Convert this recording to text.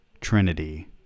Trinity